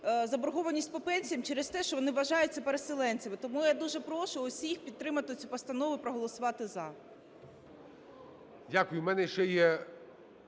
заборгованість по пенсіям через те, що вони вважаються переселенцями. Тому я дуже прошу всіх підтримати цю постанову, проголосувати "за".